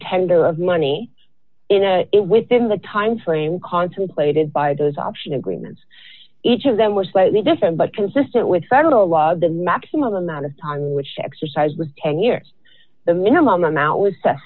tender of money into it within the time frame contemplated by those option agreements each of them were slightly different but consistent with federal law the maximum amount of time in which exercise was ten years the minimum amount was s